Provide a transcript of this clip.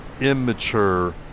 immature